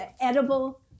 Edible